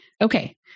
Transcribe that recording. Okay